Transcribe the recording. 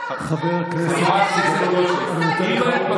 אתה אומר